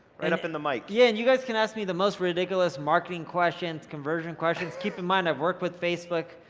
right up in the mic. yeah, and you guys can ask me the most ridiculous marketing questions, conversion questions. keep in mind, i've worked with facebook,